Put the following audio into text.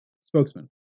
spokesman